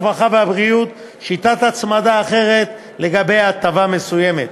הרווחה והבריאות שיטת הצמדה אחרת לגבי הטבה מסוימת.